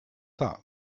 that